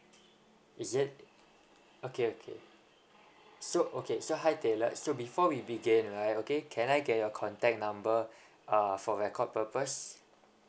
is it okay okay so okay so hi taylor so before we begin right okay can I get your contact number uh for record purposes